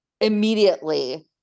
immediately